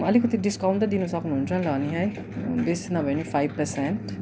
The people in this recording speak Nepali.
अलिकति डिस्काउन्ट त दिनु सक्नुहुन्छ होला नि है बेसी नभए पनि फाइभ पर्सेन्ट